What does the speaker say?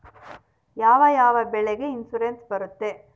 ಯಾವ ಯಾವ ಬೆಳೆಗೆ ಇನ್ಸುರೆನ್ಸ್ ಬರುತ್ತೆ?